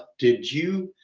did you,